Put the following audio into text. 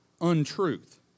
untruth